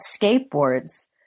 skateboards